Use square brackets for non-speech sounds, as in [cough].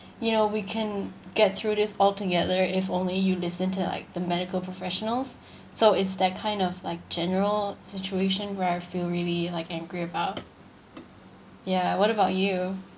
you know we can get through this altogether if only you listen to like the medical professionals [breath] so it's that kind of like general situation where I feel really like angry about ya what about you